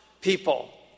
people